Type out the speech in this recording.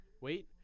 Wait